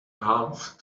half